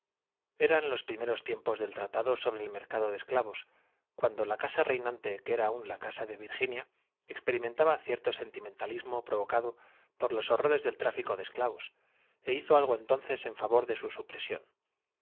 eran los primeros tiempos del tratado sobre el mercado de esclavos cuando la casa reinante que era aún la casa de virginia experimentaba cierto sentimentalismo provocado por los horrores del tráfico de esclavos e hizo algo entonces en favor de su supresión